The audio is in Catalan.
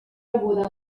rebuda